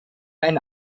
ein